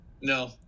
no